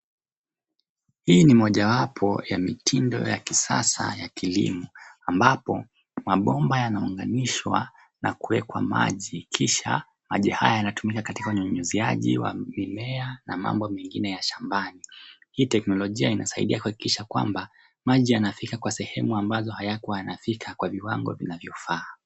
Hii ni mojawapo ya mitindo ya kisasa ya kilimo ambapo mabomba yanaunganishwa na kuwekwa maji kisha maji haya yanatumika katika unyunyuziaji wa mimea na mambo mengine ya shambani. Hii teknolojia inasaidia kuhakikisha kwamba maji yanafika kwa sehemu ambazo hayakuwa yanafika kwa viwango vinavyofaa.